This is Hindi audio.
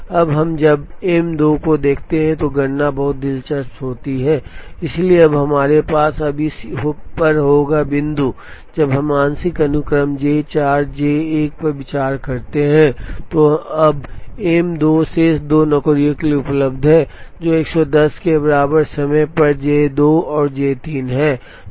अब जब हम M 2 को देखते हैं तो गणना बहुत दिलचस्प होगी इसलिए हमारे पास अब इस पर होगा बिंदु जब हम आंशिक अनुक्रम जे 4 जे 1 पर विचार करते हैं तो अब एम 2 शेष दो नौकरियों के लिए उपलब्ध है जो 110 के बराबर समय पर जे 2 और जे 3 हैं